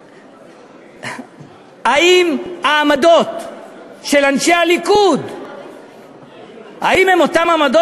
האם העמדות של אנשי הליכוד הן אותן עמדות